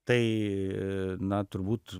tai na turbūt